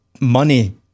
Money